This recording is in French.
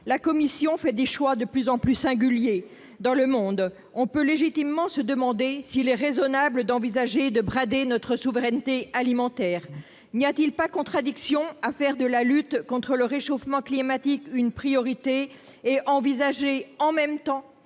La Commission fait des choix de plus en plus singuliers dans le monde. On peut légitimement se demander s'il est raisonnable d'envisager de brader notre souveraineté alimentaire. N'y a-t-il pas une contradiction à faire de la lutte contre le réchauffement climatique une priorité et à envisager « en même temps